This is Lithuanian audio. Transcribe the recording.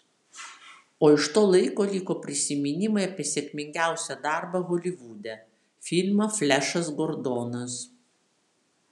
o iš to laiko liko prisiminimai apie sėkmingiausią darbą holivude filmą flešas gordonas